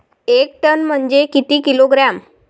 एक टन म्हनजे किती किलोग्रॅम?